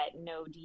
no